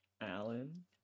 Alan